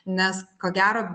nes ko gero